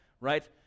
right